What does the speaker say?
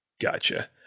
Gotcha